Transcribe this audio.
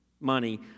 money